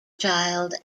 child